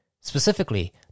specifically